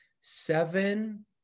seven